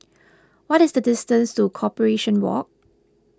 what is the distance to Corporation Walk